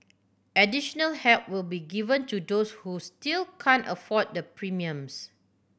additional help will be given to those who still can't afford the premiums